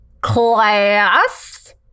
Class